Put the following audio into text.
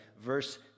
Verse